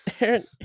Aaron